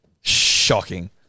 Shocking